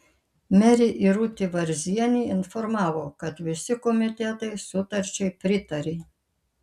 merė irutė varzienė informavo kad visi komitetai sutarčiai pritarė